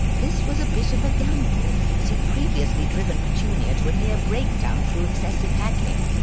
this was a bit of a gamble, as he'd previously driven petunia to a near breakdown through excessive haggling,